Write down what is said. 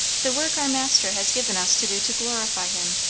the work our master has given us to do to glorify him.